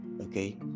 Okay